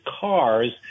cars